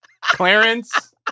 Clarence